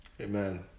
Amen